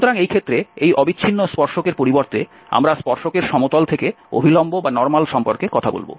সুতরাং এই ক্ষেত্রে এই অবিচ্ছিন্ন স্পর্শকের পরিবর্তে আমরা স্পর্শকের সমতল থেকে অভিলম্ব সম্পর্কে কথা বলব